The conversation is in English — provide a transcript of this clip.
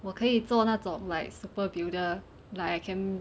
我可以做那种 like super builder like I can